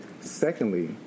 Secondly